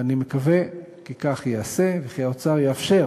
ואני מקווה כי כך ייעשה וכי האוצר יאפשר